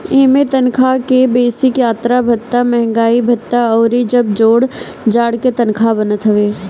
इमें तनखा के बेसिक, यात्रा भत्ता, महंगाई भत्ता अउरी जब जोड़ जाड़ के तनखा बनत हवे